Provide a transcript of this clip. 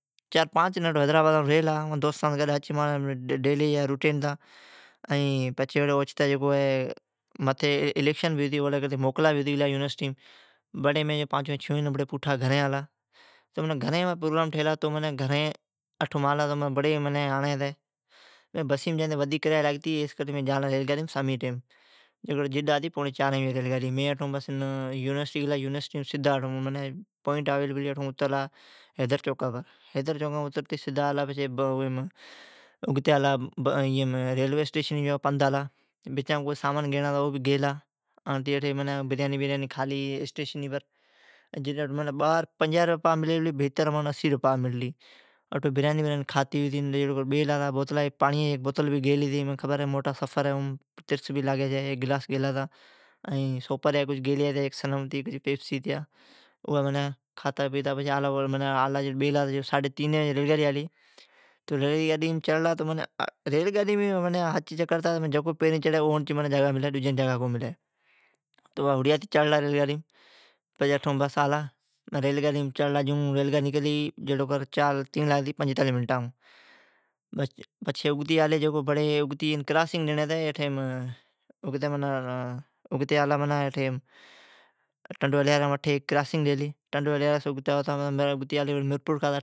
چار پانچ ڈنین دوستان بھیڑا ریلا ائین ھچ مانجا روٹین ھتا۔ ائین پچھی بڑی متھی الیکشن بھی ھتی اوجی لی کرتی موکلا ھتی گلیا یونیورسٹیم۔ بڑی مین پانچوین چھوین ڈچ بڑی پوٹھا مین گھرین آلا ائین بڑی مانجا پروگرام ٹھیلا، مین کیلی بسیم جائین تو ودھیک کرایا لاگتی جائی مین جان لا ریلگاڈیم سامی جی ٹیم جڈ آتی پوڑین چارین۔ مین اٹھو ایون گلا سدھا یونیورسٹیم پوئینٹ آویلی پلی اوی سون سدھا اترلا حیدر چوکابر ائین ریلوی اسٹیشنی تائین یکا پند آلا ائین بچما سامان گیلا ،آڑتی اٹھی بریانی کھالی ٹیشنی بر، باھر پنجاھ رپیا پاء ھتی بھیتر اسی رپیا ملیلی پلی۔ پاڑیان جی بوتل گیلی منین خبر ھتی تہ موٹا ہے ھیک صنم ائین کجھ پیپسی گیلیا ائین کھتا پیتا آلا بولا۔ ساڈھی تینین بجی ریل گاڈی آلی۔ ریل گاڈیم بھی ایون ھتی جکو پھرین چڑھی اون جاگا ملی ڈجین کو ملی ائین ریل گاڈی نکرلی چار لاگتی پنجیتالیھان منٹام۔ ٹنڈی الھیارام اٹھی کراسینگ ڈیلی ائین اگتی آلی میرپور خاص،